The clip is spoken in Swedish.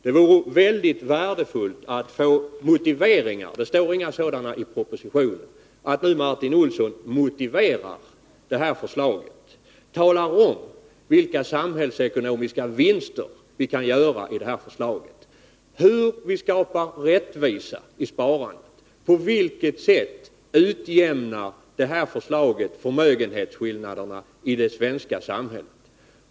Det vore mycket värdefullt att få veta hur Martin Olsson motiverar det här förslaget — några motiveringar finns nämligen inte heller i propositionen. Tala om vilka samhällsekonomiska vinster vi kan göra och hur vi skapar rättvisa i sparandet genom förslaget! På vilket sätt utjämnar förslaget förmögenhetsskillnaderna i det svenska samhället?